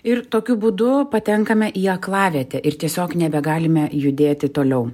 ir tokiu būdu patenkame į aklavietę ir tiesiog nebegalime judėti toliau